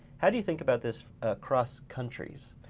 how do you think about this across countries,